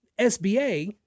SBA